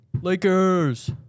Lakers